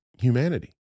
humanity